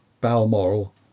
Balmoral